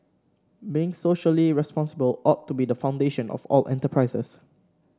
being socially responsible ought to be the foundation of all enterprises